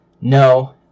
no